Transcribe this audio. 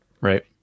right